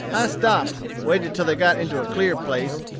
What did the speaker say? i stopped, waited till they got into a clear place,